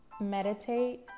Meditate